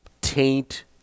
taint